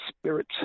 spirit